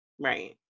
right